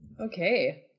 Okay